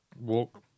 walk